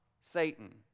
Satan